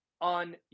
on